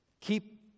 Keep